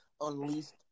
unleashed